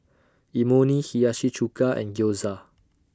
Imoni Hiyashi Chuka and Gyoza